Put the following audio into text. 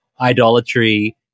idolatry